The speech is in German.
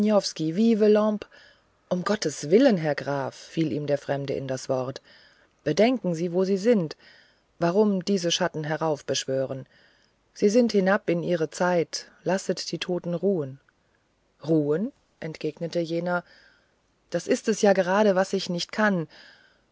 um gottes willen graf fiel ihm der fremde in das wort bedenken sie wo sie sind und warum diese schatten heraufbeschwören sie sind hinab mit ihrer zeit lasset die toten ruhen ruhen entgegnete jener das ist ja gerade was ich nicht kann